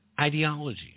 ideology